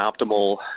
optimal